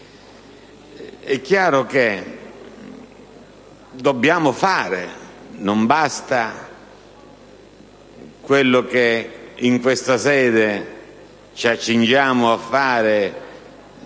è chiaro che dobbiamo agire. Non basta il voto che in questa sede ci accingiamo a dare,